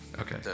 Okay